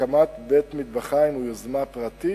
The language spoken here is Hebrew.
הקמת בית-מטבחיים היא יוזמה פרטית.